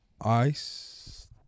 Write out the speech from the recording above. ice